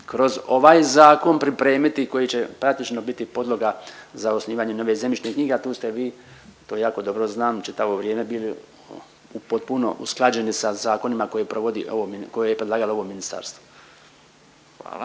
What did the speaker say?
kroz ovaj zakon pripremiti i koji će praktično biti podloga za osnivanje nove zemljišne knjige, a tu ste vi to jako dobro znam čitavo vrijeme bili u potpuno usklađeni sa zakonima koje provodi ovo, koje je predlagalo ovo ministarstvo.